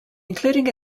including